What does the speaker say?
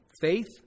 faith